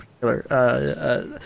particular